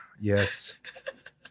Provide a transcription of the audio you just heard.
yes